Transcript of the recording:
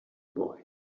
boy